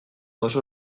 oso